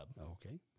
Okay